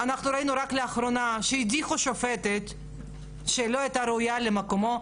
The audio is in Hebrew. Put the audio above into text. אנחנו ראינו רק לאחרונה שהדיחו שופטת שלא הייתה ראויה למקומה.